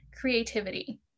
creativity